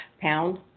pound